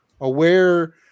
aware